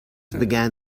began